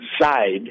side